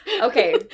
Okay